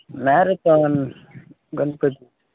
marathon Ganpati